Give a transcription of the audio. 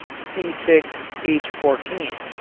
c six h fourteen,